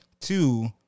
Two